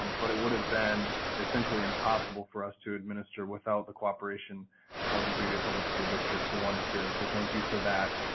um but it would have been eventually impossible for us to administer without the cooperation of the green bay public school district. we so wanted to to thank you for that.